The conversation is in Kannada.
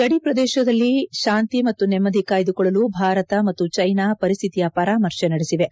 ಗದಿ ಪ್ರದೇಶಗಳಲ್ಲಿ ಶಾಂತಿ ಮತ್ತು ನೆಮ್ಮದಿ ಕಾಯ್ದುಕೊಳ್ಳಲು ಭಾರತ ಮತ್ತು ಚೈನಾ ಪರಿಸ್ಥಿತಿಯ ಪರಾಮರ್ಶೆ ನಡೆಸಿವೆ